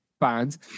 fans